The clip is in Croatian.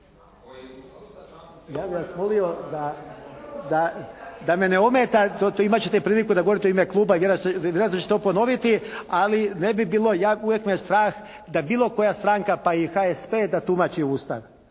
Ja bih vas molio da me ne, imat ćete priliku da govorite u ime Kluba i vjerojatno ćete to ponoviti, ali ne bi bilo, uvijek me strah da bilo koja stranka pa i HSP da tumači Ustav.